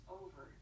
over